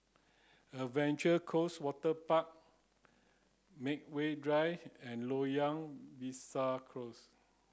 Adventure Cost Waterpark Medway Drive and Loyang Besar Close